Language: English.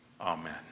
Amen